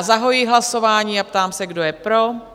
Zahajuji hlasování a ptám se, kdo je pro?